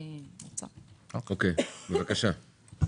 בבקשה.